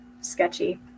sketchy